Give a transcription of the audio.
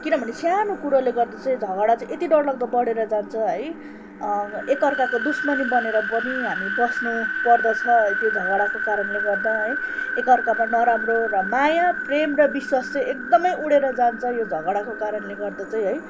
किनभने सानो कुरोले गर्दा चाहिँ झगडा चाहिँ यति डरलाग्दो बढेर जान्छ है एकअर्काको दुश्मनी बनेर पनि हामी बस्नु पर्दछ त्यो झगडाको कारणले गर्दा है एकाअर्कामा नराम्रो र माया प्रेम र विश्वास चाहिँ एकदमै उडेर जान्छ यो झगडाको कारणले गर्दा चाहिँ है